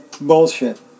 Bullshit